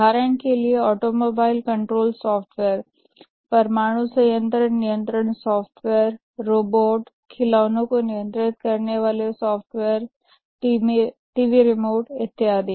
उदाहरण के लिए ऑटोमोबाइल कंट्रोल सॉफ्टवेयर परमाणु संयंत्र नियंत्रण सॉफ्टवेयर रोबोट खिलौने को नियंत्रित करने वाले सॉफ्टवेयर टीवी रिमोट इत्यादि